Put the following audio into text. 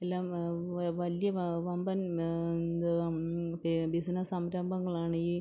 എല്ലാം വലിയ വമ്പൻ എന്തുവാ ബിസിനസ്സ് സംരംഭങ്ങളാണി